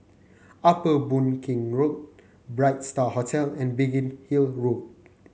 Upper Boon Keng Road Bright Star Hotel and Biggin Hill Road